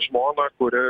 žmoną kuri